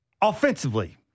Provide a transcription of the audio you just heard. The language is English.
Offensively